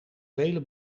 vele